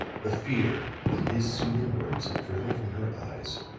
the fear that his soothing words had driven from her eyes,